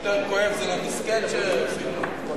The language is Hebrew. יותר כואב זה למסכן שעושים לו את כל זה.